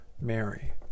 Mary